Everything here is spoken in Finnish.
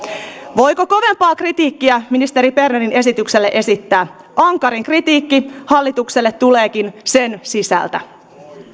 voiko kovempaa kritiikkiä ministeri bernerin esitykselle esittää ankarin kritiikki hallitukselle tuleekin sen sisältä